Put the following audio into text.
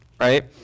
right